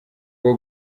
rwo